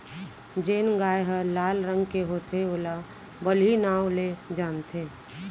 जेन गाय ह लाल रंग के होथे ओला बलही नांव ले जानथें